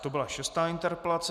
To byla šestá interpelace.